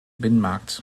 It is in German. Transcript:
binnenmarkt